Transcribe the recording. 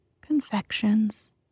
confections